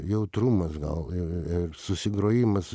jautrumas gal i i i susigrojimas